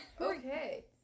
Okay